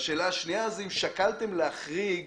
והשאלה השנייה, האם שקלתם להחריג